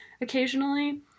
occasionally